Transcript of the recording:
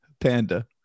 panda